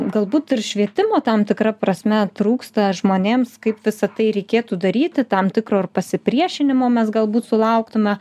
galbūt ir švietimo tam tikra prasme trūksta žmonėms kaip visa tai reikėtų daryti tam tikro ir pasipriešinimo mes galbūt sulauktume